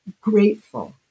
grateful